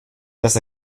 das